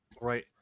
Right